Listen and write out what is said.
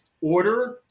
Order